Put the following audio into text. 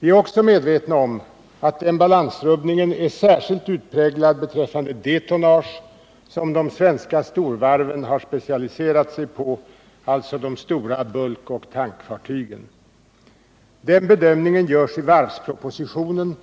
Vi är också medvetna om att den balansrubbningen är särskilt utpräglad beträffande det tonnage som de svenska storvarven har specialiserat sig på, alltså de stora bulkoch tankfartygen. Den bedömningen görs i varvspropositionen,